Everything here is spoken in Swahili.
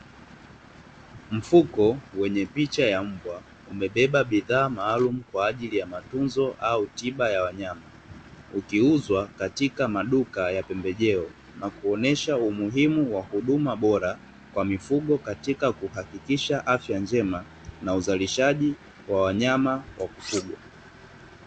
Mfuko wenye picha ya mbwa umebeba bidhaa maalumu, kwaajili ya matunzo au tiba ya wanyama ukiuzwa katika maduka ya pembejeo na ukionyesha umuhimu wa huduma bora kwa mifugo katika kuhakikisha afya njema na uzalishaji wa wanyama wa kufugwa.